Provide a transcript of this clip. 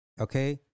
Okay